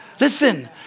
Listen